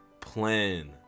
plan